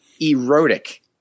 erotic